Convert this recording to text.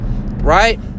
Right